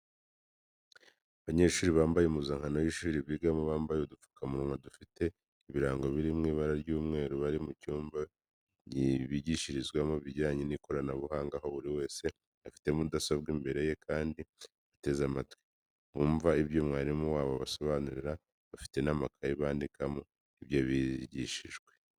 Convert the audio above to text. Abanyeshuri bambaye impuzankano z'ishuri bigamo bambaye udupfukamunwa dufite ibirango biri mu ibara ry'umweru bari mu cyumba bigishirizwamo ibijyanye n'ikoranabuhanga, aho buri wese afite mudasobwa imbere ye kandi bateze amatwi bumva ibyo umwarimu wabo abasobanurira, bafite n'amakaye bandikamo ibyo bigishijwe.